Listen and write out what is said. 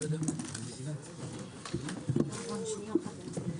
ישיבה זו נעולה.